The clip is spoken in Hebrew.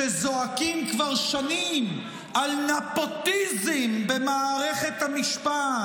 שזועקים כבר שנים על נפוטיזם במערכת המשפט,